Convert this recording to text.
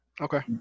Okay